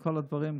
הדברים,